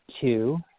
two